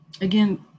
again